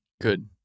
Good